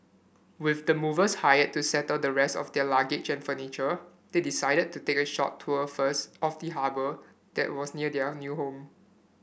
with the movers hired to settle the rest of their luggage and furniture they decided to take a short tour first of the harbour that was near their new home